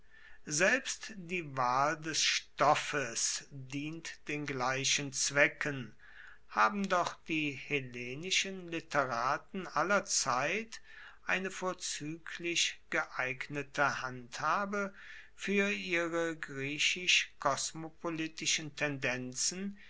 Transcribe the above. selbst die wahl des stoffes dient den gleichen zwecken haben doch die hellenischen literaten aller zeiten eine vorzueglich geeignete handhabe fuer ihre griechisch kosmopolitischen tendenzen